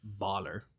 baller